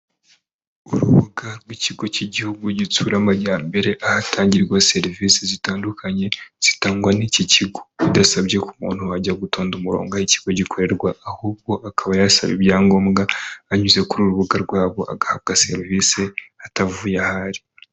Urubuga rw'ikigo cy'igihugu gitsura amajyambere ahatangirwa serivisi zitandukanye zitangwa n'iki kigo bidasabye ko umuntu ajya gutonda umurongo aho ikigo gikorera ahubwo akaba yasaba ibyangombwa anyuze kuri uru rubuga rwabo agahabwa serivisi atavuye aho ari.